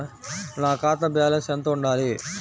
నా ఖాతా బ్యాలెన్స్ ఎంత ఉండాలి?